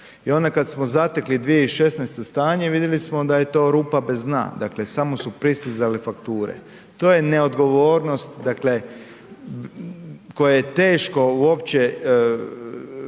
i onda kad smo zatekli 2016. stanje vidjeli smo da je to rupa bez dna, dakle samo su pristizale fakture, to je neodgovornost, dakle koje je teško uopće